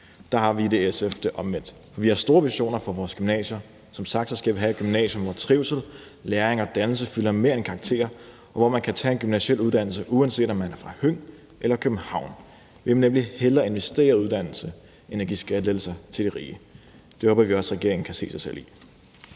Der har vi i SF det omvendt: Vi har store visioner for vores gymnasier. Som sagt skal vi have et gymnasium, hvor trivsel, læring og dannelse fylder mere end karakterer, og hvor man kan tage en gymnasial uddannelse, uanset om man er fra Høng eller København. Vi vil nemlig hellere investere i uddannelse end give skattelettelser til de rige. Det håber vi også at regeringen kan se sig selv i.